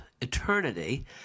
Eternity